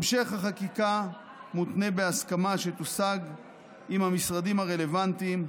המשך החקיקה מותנה בהסכמה שתושג עם המשרדים הרלוונטיים.